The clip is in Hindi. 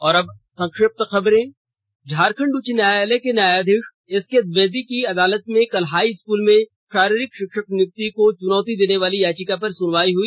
और अब संक्षिप्त खबरें झारखंड उच्च न्यायालय के न्यायाधीश एसके द्विवेदी की अदालत में कल हाई स्कूल में शारीरिक शिक्षक नियुक्ति को चुनौती देने वाली याचिका पर सुनवाई हई